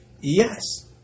Yes